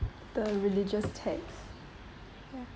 the religious texts